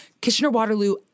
Kitchener-Waterloo